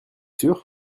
sûr